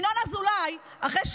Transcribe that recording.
ינון אזולאי, אחרי,